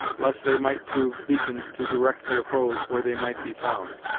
lest they might prove beacons to direct their foes where they might be found.